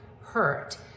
hurt